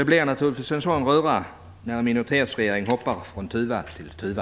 Det blir naturligtvis en sådan röra när en minoritetsregering hoppar från tuva till tuva!